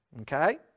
okay